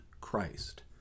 Christ